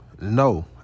no